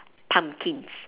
pumpkins